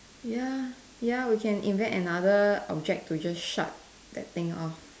ya ya we can invent another object to just shut that thing off